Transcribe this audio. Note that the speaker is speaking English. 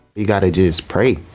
you gotta just pray.